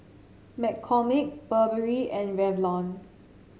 McCormick Burberry and Revlon